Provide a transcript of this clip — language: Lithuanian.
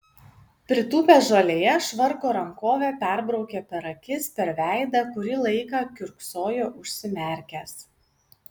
pritūpęs žolėje švarko rankove perbraukė per akis per veidą kurį laiką kiurksojo užsimerkęs